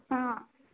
ହଁ